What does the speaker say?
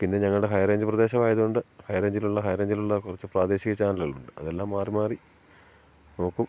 പിന്നെ ഞങ്ങളുടെ ഹൈറേഞ്ച് പ്രദേശമായതുകൊണ്ട് ഹൈറേഞ്ചിലുള്ള ഹൈറേഞ്ചിലുള്ള കുറച്ച് പ്രാദേശിക ചാനളുകളുണ്ട് അതെല്ലാം മാറി മാറി നോക്കും